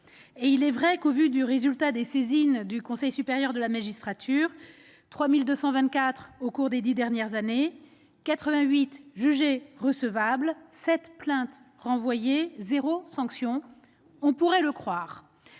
Il est vrai que, au vu des résultats des saisines du Conseil supérieur de la magistrature - 3 324 saisines au cours des dix dernières années ; 88 jugées recevables ; 7 plaintes renvoyées, aucune sanction -, on pourrait le croire.